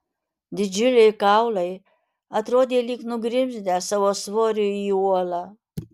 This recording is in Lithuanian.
didžiuliai kaulai atrodė lyg nugrimzdę savo svoriu į uolą